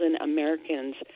Americans